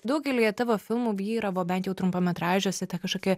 daugelyje tavo filmų vyravo bent jau trumpametražiuose kažkokia